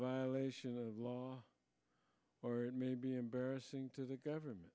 violation of law or it may be embarrassing to the government